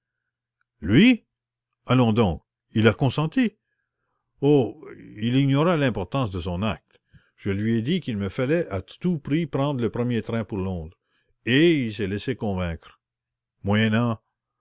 allons donc il a consenti oh il ignorait l'importance de son acte je lui ai dit qu'il me fallait à tout prix prendre le premier train pour londres et il s'est laissé convaincre